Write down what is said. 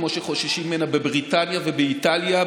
כמו שחוששים ממנה בבריטניה ובאיטליה,